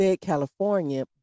California